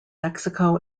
mexico